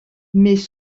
mais